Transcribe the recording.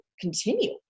continue